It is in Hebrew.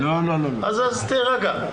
אז תירגע.